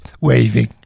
waving